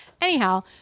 Anyhow